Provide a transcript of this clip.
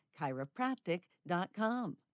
chiropractic.com